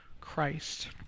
Christ